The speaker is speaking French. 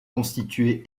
constitué